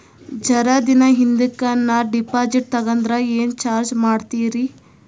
ಜರ ದಿನ ಹಿಂದಕ ನಾ ಡಿಪಾಜಿಟ್ ತಗದ್ರ ಏನ ಚಾರ್ಜ ಮಾಡ್ತೀರಿ?